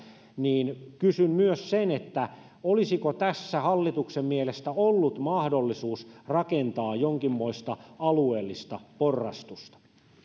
niin kysyn myös sen että olisiko tässä hallituksen mielestä ollut mahdollisuus rakentaa jonkinmoista alueellista porrastusta